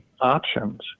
options